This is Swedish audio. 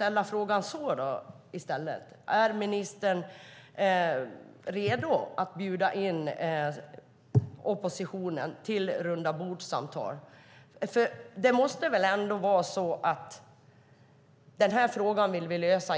Är miljöministern redo att bjuda in oppositionen till rundabordssamtal? Vi vill väl lösa den här frågan